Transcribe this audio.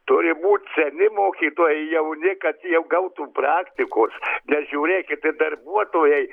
turi būt seni mokytojai jauni kad jie gautų praktikos nes žiūrėkit ir darbuotojai